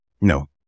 No